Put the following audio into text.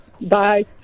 Bye